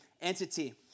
entity